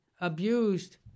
abused